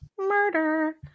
murder